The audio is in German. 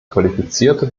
qualifizierte